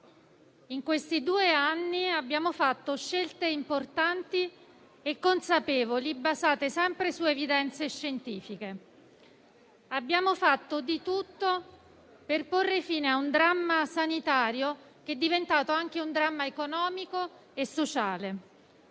in questi due anni abbiamo fatto scelte importanti e consapevoli, basate sempre su evidenze scientifiche. Abbiamo fatto di tutto per porre fine a un dramma sanitario che è diventato anche economico e sociale.